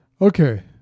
Okay